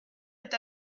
est